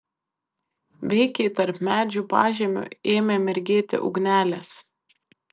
veikiai tarp medžių pažemiu ėmė mirgėti ugnelės